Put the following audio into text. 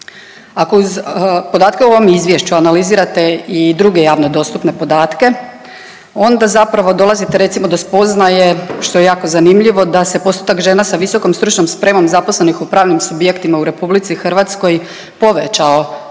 Ako uz podatke u ovom izvješću analizirate i druge javno dostupne podatke onda zapravo dolazite recimo do spoznaje što je jako zanimljivo da se postotak žena sa visokom stručnom spremom zaposlenih u pravnih subjektima u RH povećao